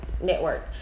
network